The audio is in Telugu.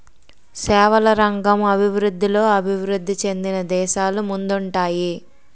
సేవల రంగం అభివృద్ధిలో అభివృద్ధి చెందిన దేశాలు ముందుంటాయి